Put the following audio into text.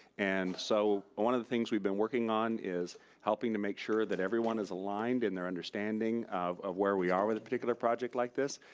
and so one of the things we've been working on is helping to make sure that everyone is aligned in their understanding of of where we are with a particular project like this.